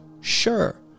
sure